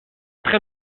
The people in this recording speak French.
train